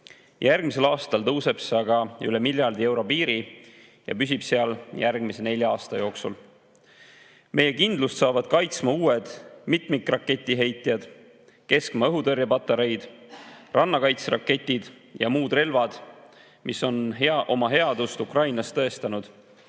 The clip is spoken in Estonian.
Järgmisel aastal tõuseb see aga üle miljardi euro piiri ja püsib seal järgmise nelja aasta jooksul. Meie kindlust saavad kaitsma uued mitmikraketiheitjad, keskmaa õhutõrjepatareid, rannakaitseraketid ja muud relvad, mis on oma headust Ukrainas